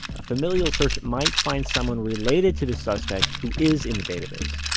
a familial search might find someone related to the suspect, who is in the database.